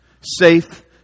safe